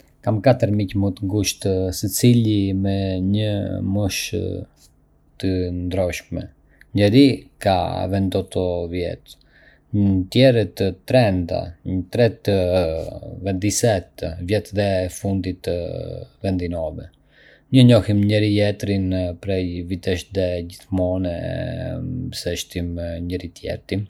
Kam katër miq të ngushtë, secili me një moshë të ndryshme. Njëri ka ventotto vjet, një tjetër trenta, një i tretë ventisette vjet dhe i fundit ventinove. Ne e njohim njëri-tjetrin prej vitesh dhe gjithmonë e mbështesim njëri-tjetrin.